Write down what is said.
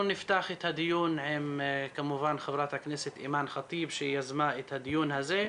אנחנו נפתח את הדיון עם חברת הכנסת אימאן ח'טיב שיזמה את הדיון הזה,